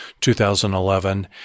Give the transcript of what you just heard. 2011